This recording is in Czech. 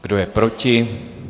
Kdo je proti?